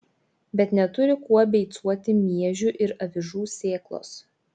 bet neturi kuo beicuoti miežių ir avižų sėklos